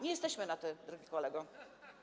Nie jesteśmy na „ty”, drogi kolego.